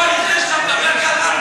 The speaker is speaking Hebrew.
לפני שאתה מדבר ככה,